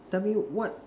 tell me what